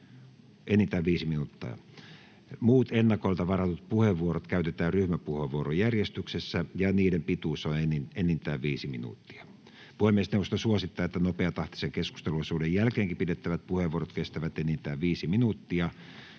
enintään 5 minuuttia. Muut ennakolta varatut puheenvuorot käytetään ryhmäpuheenvuorojärjestyksessä, ja niiden pituus on enintään 5 minuuttia. Puhemiesneuvosto suosittaa, että nopeatahtisen keskusteluosuuden jälkeenkin pidettävät puheenvuorot kestävät enintään 5 minuuttia.